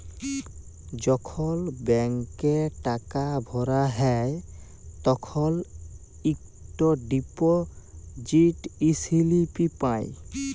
যখল ব্যাংকে টাকা ভরা হ্যায় তখল ইকট ডিপজিট ইস্লিপি পাঁই